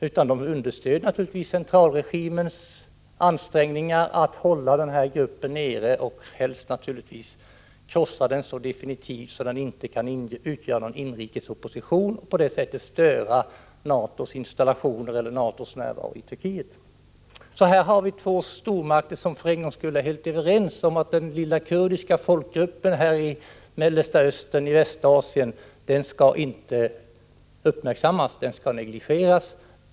USA understöder naturligtvis centralregimens ansträngningar att hålla den här gruppen nere och helst krossa den definitivt så att den inte kan bilda någon inrikesopposition och på det sättet störa NATO:s närvaro i Turkiet. Här har vi alltså två stormakter som för en gångs skull är helt överens om att den lilla kurdiska folkgruppen i Mellersta Östern och i Västasien inte skall uppmärksammas. Den skall negligeras.